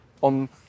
on